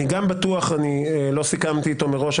אני לא סיכמתי אתו מראש,